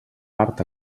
part